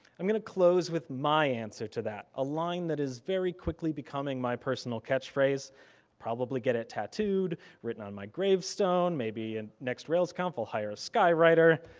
i'm gonna close with my answer to that. a line that is very quickly becoming my personal catchphrase, i'll probably get it tattooed, written on my gravestone, maybe and next railsconf i'll hire a sky writer.